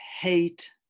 hate